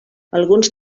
alguns